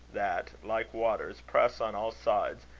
that, like waters, press on all sides,